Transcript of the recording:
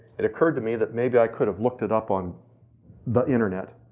it occurred to me that maybe i could've looked it up on the internet,